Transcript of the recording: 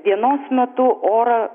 dienos metu oras